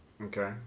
Okay